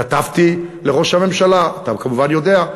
כתבתי לראש הממשלה, אתה כמובן יודע.